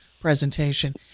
presentation